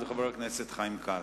וזה חבר הכנסת חיים כץ.